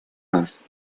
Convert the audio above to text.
нас